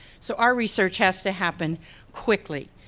so our research has to happen quickly.